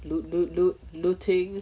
loot loot loot looting